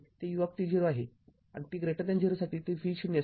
t 0 साठी ते u आहे आणि t 0 साठी ते v0 असेल